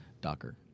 Docker